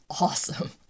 awesome